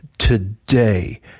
Today